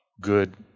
good